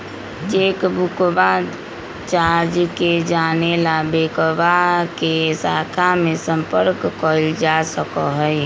चेकबुकवा चार्ज के जाने ला बैंकवा के शाखा में संपर्क कइल जा सका हई